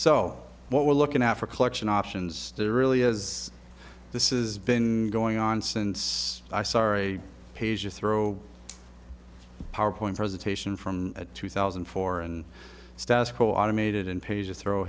so what we're looking out for collection options there really is this is been going on since i sorry pages throw powerpoint presentation from two thousand and four and status quo automated in pages throw